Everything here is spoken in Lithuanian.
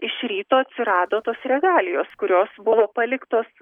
iš ryto atsirado tos regalijos kurios buvo paliktos